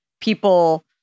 people